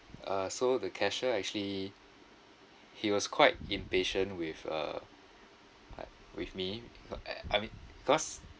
uh so the cashier actually he was quite impatient with uh quite with me because eh I mean because